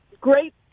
great